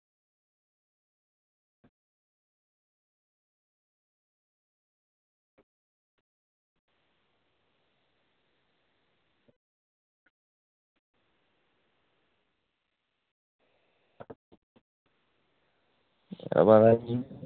अ